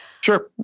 Sure